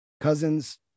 Cousins